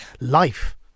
life